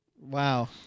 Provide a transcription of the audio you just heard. Wow